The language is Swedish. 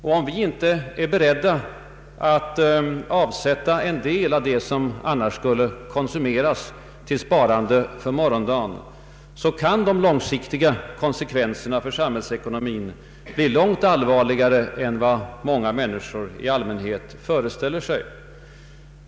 Om vi inte är beredda att avsätta en del av det som eljest skulle konsumeras till sparande för morgondagen, kan de långsiktiga konsekvenserna för samhällsekonomin bli mycket allvarligare än vad många människor i allmänhet föreställer sig.